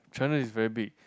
China is very big